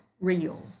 real